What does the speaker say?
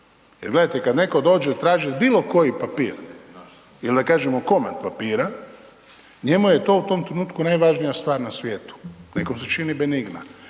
Jer gledajte kad netko dođe i traži bilo koji papir il da kažemo komad papira njemu je to u tom trenutku najvažnija stvar na svijetu. Nekom se čini benigno